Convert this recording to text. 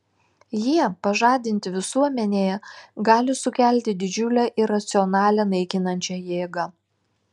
jie pažadinti visuomenėje gali sukelti didžiulę iracionalią naikinančią jėgą